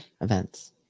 Events